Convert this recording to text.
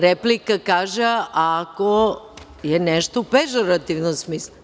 Replika kaže - ako je nešto u pežorativnom smislu.